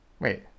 Wait